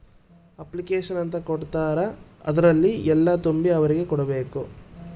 application ಅಂತ ಕೊಡ್ತಾರ ಅದ್ರಲ್ಲಿ ಎಲ್ಲ ತುಂಬಿ ಅವ್ರಿಗೆ ಕೊಡ್ಬೇಕು